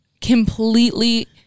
completely